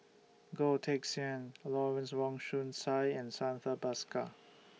Goh Teck Sian Lawrence Wong Shyun Tsai and Santha Bhaskar